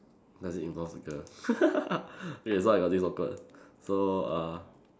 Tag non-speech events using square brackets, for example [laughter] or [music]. does it involve a girl [laughs] wait so I got this awkward so uh